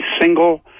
single